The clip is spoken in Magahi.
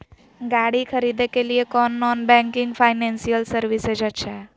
गाड़ी खरीदे के लिए कौन नॉन बैंकिंग फाइनेंशियल सर्विसेज अच्छा है?